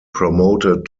promoted